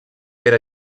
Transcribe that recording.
era